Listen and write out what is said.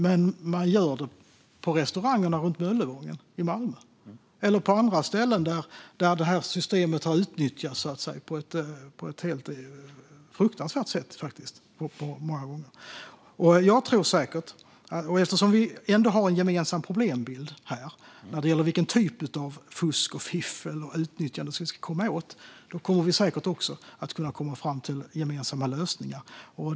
Men man gör det på restaurangerna runt Möllevången i Malmö eller på andra ställen där systemet har utnyttjats på ett helt fruktansvärt sätt många gånger. Vi har ändå en gemensam problembild när det gäller vilken typ av fusk, fiffel och utnyttjande vi ska komma åt. Vi kommer säkert också att komma fram till gemensamma lösningar.